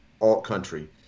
alt-country